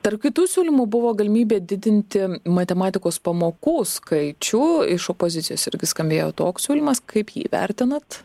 tarp kitų siūlymų buvo galimybė didinti matematikos pamokų skaičių iš opozicijos irgi skambėjo toks siūlymas kaip jį vertinat